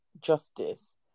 justice